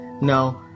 No